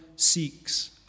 seeks